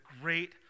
great